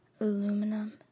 aluminum